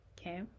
Okay